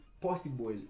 possible